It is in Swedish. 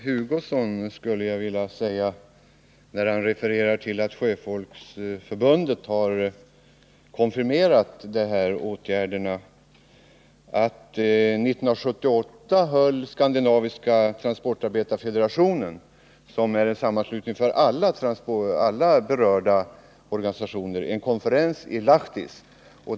Herr talman! När Kurt Hugosson refererar till att Sjöfolksförbundet har konfirmerat åtgärderna vill jag säga att Skandinaviska transportarbetarfederationen, som är en sammanslutning för alla berörda organisationer, år 1978 höll en konferens i Lahtis.